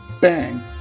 Bang